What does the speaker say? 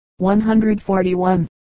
141